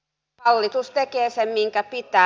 hallitus tekee sen mitä pitää